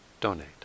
donate